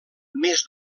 més